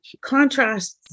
contrasts